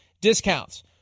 discounts